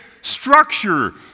structure